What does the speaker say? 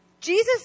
Jesus